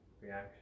reaction